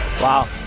Wow